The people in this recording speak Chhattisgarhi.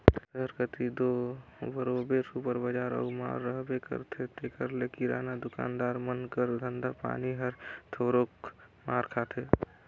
सहर कती दो बरोबेर सुपर बजार अउ माल रहबे करथे तेकर ले किराना दुकानदार मन कर धंधा पानी हर थोरोक मार खाथे